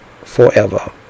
forever